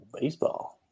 Baseball